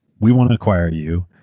we want to acquire you.